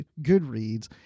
Goodreads